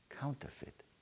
Counterfeit